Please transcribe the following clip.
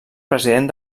president